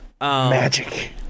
Magic